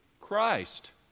Christ